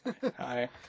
Hi